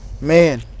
Man